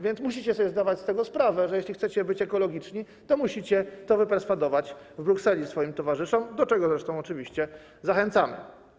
Więc musicie sobie zdawać z tego sprawę, że jeśli chcecie być ekologiczni, to musicie to wyperswadować w Brukseli swoim towarzyszom, do czego zresztą oczywiście zachęcamy.